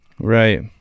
Right